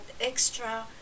extra